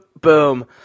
boom